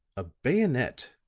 a bayonet,